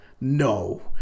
No